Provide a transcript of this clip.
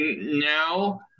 now